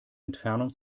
entfernung